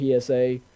PSA